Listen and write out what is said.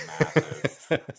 massive